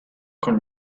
con